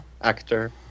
actor